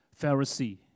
Pharisee